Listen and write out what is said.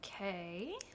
Okay